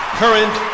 current